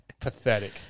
Pathetic